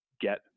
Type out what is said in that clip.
get –